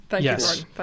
Yes